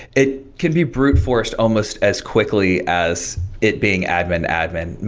it can be brute forced almost as quickly as it being admin-admin,